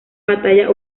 batalla